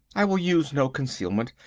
i will use no concealment.